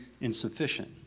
insufficient